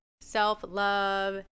self-love